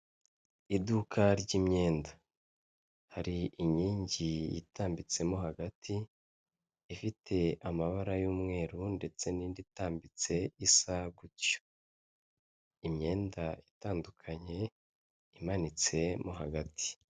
Iyi foto iragaragaza ahantu bacuruzwa hari abantu bari guhaha hari aho ubu abantu bishimye aho umuntu afite ibyagiye kwa mu ntoki hari naho umuntu atishimye.